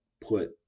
put